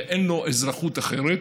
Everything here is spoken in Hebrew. ואין לו אזרחות אחרת